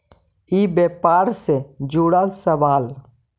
ई व्यापार से जुड़ल सवाल?